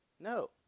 No